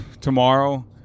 tomorrow